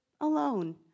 alone